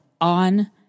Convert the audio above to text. on